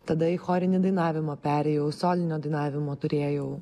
tada į chorinį dainavimą perėjau solinio dainavimo turėjau